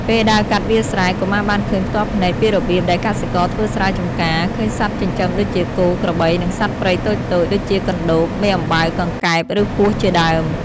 ពេលដើរកាត់វាលស្រែ កុមារបានឃើញផ្ទាល់ភ្នែកពីរបៀបដែលកសិករធ្វើស្រែ ចម្ការ ឃើញសត្វចិញ្ចឹមដូចជាគោ ក្របី និងសត្វព្រៃតូចៗ ដូចជាកណ្ដូប មេអំបៅ កង្កែប ឬពស់ជាដើម។